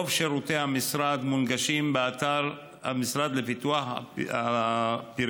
רוב שירותי המשרד מונגשים באתר המשרד לפיתוח הפריפריה,